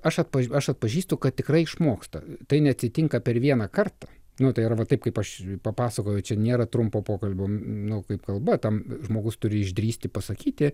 aš atpa aš atpažįstu kad tikrai išmoksta tai neatsitinka per vieną kartą nu tai yra vat taip kaip aš papasakojau čia nėra trumpo pokalbio nu kaip kalba tam žmogus turi išdrįsti pasakyti